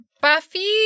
Buffy